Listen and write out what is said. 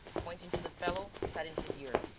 pointing to the fellow, said in his ear